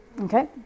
okay